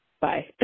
Bye